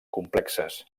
complexes